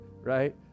Right